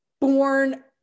born